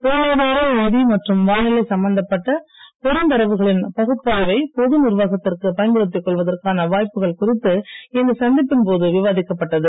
பொருளாதாரம் நிதி மற்றும் வானிலை சம்பந்தப்பட்ட பெருந்தரவுகளின் பகுப்பாய்வை பொது நிர்வாகத்திற்கு பயன்படுத்திக் கொள்வதற்கான வாய்ப்புகள் குறித்து இந்த சந்திப்பின் போது விவாதிக்கப்பட்டது